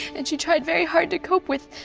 and she tried very hard to cope with